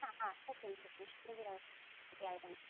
हा हा सत्यं सत्यं शृङ्गगिरिं प्रति आगतम्